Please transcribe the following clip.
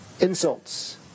Insults